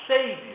Savior